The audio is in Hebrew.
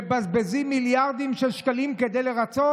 מבזבזים מיליארדים של שקלים כדי לרצות.